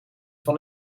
van